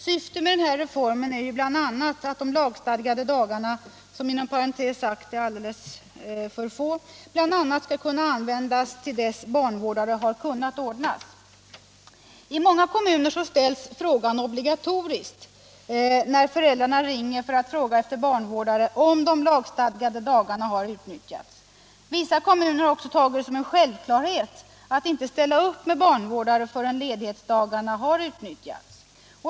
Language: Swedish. Syftet med denna reform är ju bl.a. att de lagstadgade dagarna, som inom parentes sagt är alldeles för få, skall användas till dess barnvårdare har kunnat ordnas. I många kommuner ställs frågan obligatoriskt, när föräldrarna ringer för att fråga efter barnvårdare, om de lagstadgade dagarna har utnyttjats. Vissa kommuner har också tagit det som en självklarhet att inte ställa upp med barnvårdare förrän ledighetsdagarna har utnyttjats.